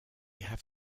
have